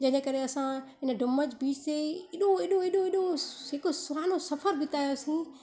जंहिंजे करे असां इन डूमस बीच ते ई एॾो एॾो एॾो एॾो जेको सुहानो सफ़र बितायोसीं